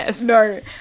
No